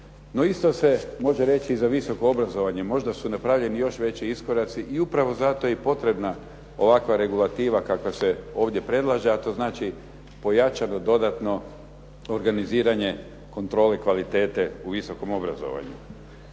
No, isto se može reći i za visoko obrazovanje. Možda su napravljeni još veći iskoraci i upravo zato je i potrebna ovakva regulativa kakva se ovdje predlaže a to znači pojačano dodatno organiziranje kontrole kvalitete u visokom obrazovanju.